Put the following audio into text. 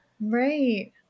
Right